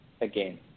again